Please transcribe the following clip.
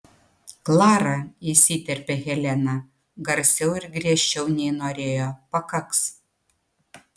klara įsiterpia helena garsiau ir griežčiau nei norėjo pakaks